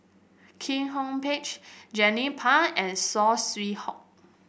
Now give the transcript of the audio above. Kwek Hong Pitch Jernnine Pang and Saw Swee Hock